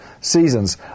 seasons